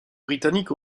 britanniques